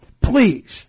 Please